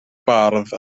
bardd